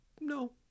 No